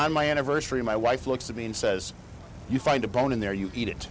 on my anniversary my wife looks at me and says you find a bone in there you eat it